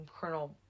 Colonel